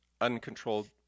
uncontrolled